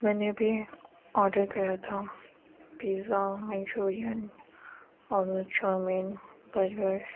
میں نے ابھی آڈر کرا تھا پیزا منچورین اور چاؤ مین برگر